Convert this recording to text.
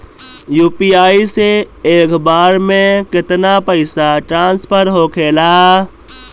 UPI से एक बार मे केतना पैसा ट्रस्फर होखे ला?